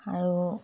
আৰু